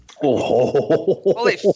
holy